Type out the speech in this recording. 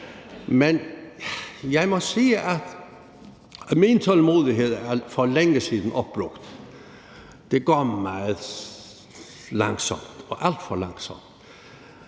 Men jeg må sige, at min tålmodighed er opbrugt for længe siden. Det går meget langsomt, og alt for langsomt.